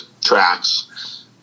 tracks